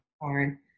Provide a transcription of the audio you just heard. Corn